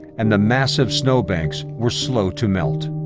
and the massive snowbanks were slow to melt.